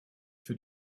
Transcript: für